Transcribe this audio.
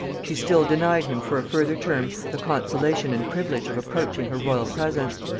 she still denied him for a further term the consolation and privilege of approaching her royal presence.